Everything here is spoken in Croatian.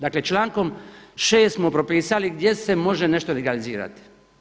Dakle, člankom 6. smo propisali gdje se može nešto legalizirati.